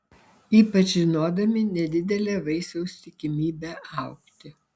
ypač žinodami nedidelę vaisiaus tikimybę augti